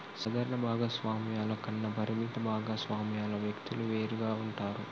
సాధారణ భాగస్వామ్యాల కన్నా పరిమిత భాగస్వామ్యాల వ్యక్తులు వేరుగా ఉంటారు